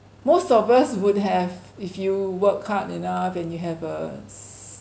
most of us would have if you work hard enough and you have a